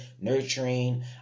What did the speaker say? nurturing